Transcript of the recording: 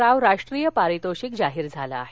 राव राष्ट्रीय पारितोषिक जाहीर झालं आहे